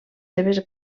seves